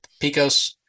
Picos